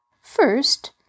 First